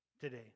today